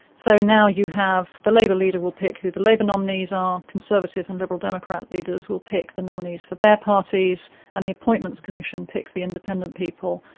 so now you have the labour leader will pick who the labour nominees are, conservative and liberal democrat leaders will pick the nominees for their parties and the appointments commission picks the independent people,